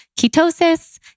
ketosis